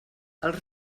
els